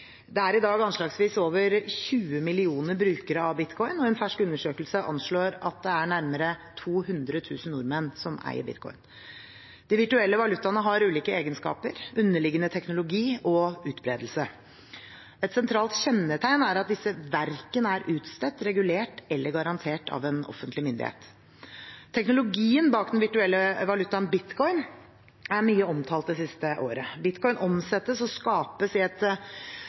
Det er i dag anslagsvis over 20 millioner brukere av bitcoin, og en fersk undersøkelse anslår at det er nærmere 200 000 nordmenn som eier bitcoin. De virtuelle valutaene har ulike egenskaper, underliggende teknologi og utbredelse. Et sentralt kjennetegn er at disse verken er utstedt, regulert eller garantert av en offentlig myndighet. Teknologien bak den virtuelle valutaen bitcoin er blitt mye omtalt det siste året. Bitcoin omsettes og skapes i et